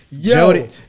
Jody